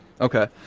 Okay